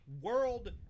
World